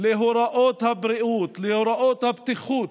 להוראות הבריאות, להוראות הבטיחות,